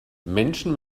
menschen